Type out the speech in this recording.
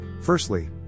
Firstly